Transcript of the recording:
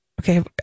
Okay